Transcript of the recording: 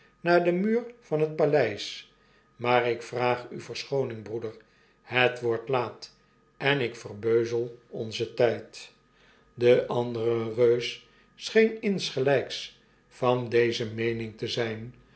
naar den muur van het paleis maar ikvraaguverschooning broeder het wordt laat en ik verbeuzel onzen tijd de andere reus scheen insgelgks van deze meening te zijn